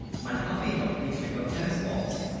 my puppy helps me pick up tennis balls!